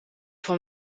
van